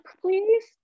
please